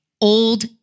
old